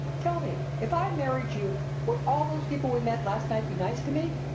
tell me, if i married you would all those people we met last night be nice to me?